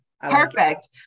Perfect